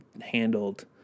handled